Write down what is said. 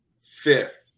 fifth